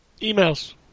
Emails